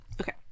Okay